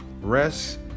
Rest